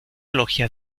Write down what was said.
logia